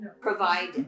provide